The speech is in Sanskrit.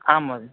आं महोदय